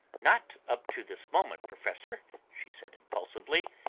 not up to this moment, professor, she said impulsively,